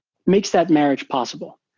makes that marriage possible.